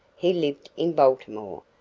he lived in baltimore,